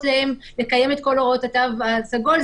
להם לקיים את כל הוראות התו הסגול.